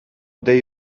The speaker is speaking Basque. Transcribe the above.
dei